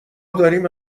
داریم